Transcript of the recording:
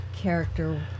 character